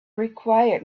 required